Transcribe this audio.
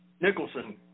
Nicholson